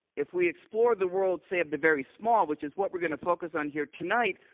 if we explore the world, say of the very small, which is what we are going to focus on here tonight,